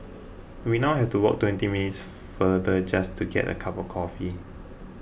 we now have to walk twenty minutes farther just to get a cup of coffee